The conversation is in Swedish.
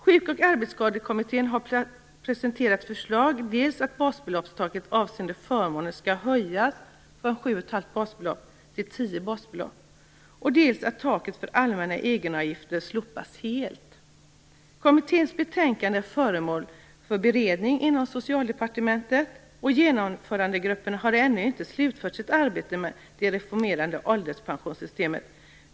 Sjuk och arbetsskadekommittén har presenterat förslag med innebörd dels att basbeloppstaket avseende förmåner skall höjas från 7,5 basbelopp till 10 basbelopp, dels att taket för allmänna egenavgifter skall slopas helt. Kommitténs betänkande är föremål för beredning inom Socialdepartementet, och Genomförandegruppen har ännu inte slutfört sitt arbete med det reformerade ålderspensionssystemet.